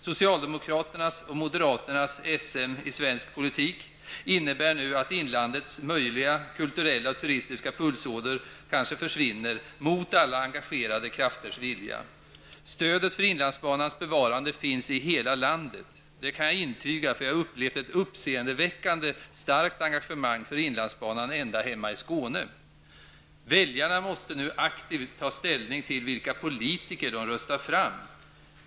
Socialdemokraternas och moderaternas SM i svensk politik innebär att inlandets möjliga kulturella och turistiska pulsåder kanske försvinner -- mot alla engagerade krafters vilja. Stödet för inlandsbanans bevarande finns i hela landet. Det kan jag intyga. Jag har upplevt ett uppseendeväckande starkt engagemang för inlandsbanan ända hemma i Skåne. Väljarna måste nu ta aktiv ställning till vilka politiker de röstar fram.